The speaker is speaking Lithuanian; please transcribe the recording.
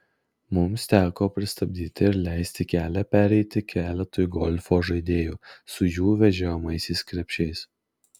mums teko pristabdyti ir leisti kelią pereiti keletui golfo žaidėjų su jų vežiojamaisiais krepšiais